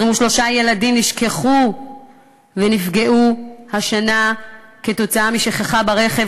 23 ילדים נשכחו ונפגעו השנה כתוצאה משכחה ברכב,